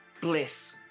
bliss